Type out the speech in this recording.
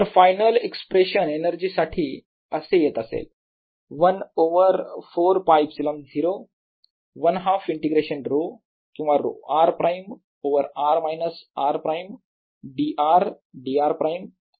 तर final expression energy साठी असे येत असेल 1 ओवर 4ㄫε0 1 हाफ इंटिग्रेशन ρ किंवा ρ r prime over r minus r prime d r d r prime